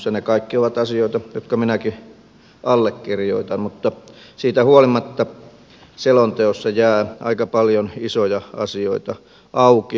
ne kaikki ovat asioita jotka minäkin allekirjoitan mutta siitä huolimatta selonteossa jää aika paljon isoja asioita auki